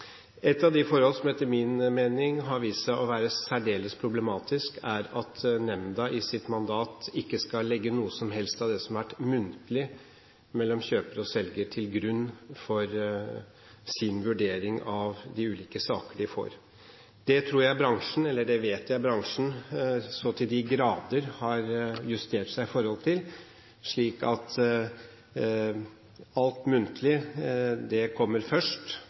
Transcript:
av de forhold som etter min mening har vist seg å være særdeles problematisk, er at nemnda i henhold til sitt mandat ikke skal legge noe av det som har vært sagt muntlig mellom kjøper og selger, til grunn for sin vurdering av de ulike saker de får. Det vet jeg bransjen så til de grader har justert seg i forhold til, slik at alt muntlig kommer først,